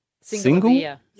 single